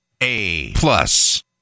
A-plus